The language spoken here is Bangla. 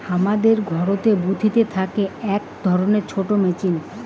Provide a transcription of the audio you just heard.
হামাদের ঘরতের বুথিতে থাকি আক ধরণের ছোট মেচিন